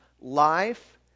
life